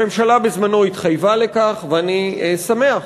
הממשלה בזמנו התחייבה לכך, ואני שמח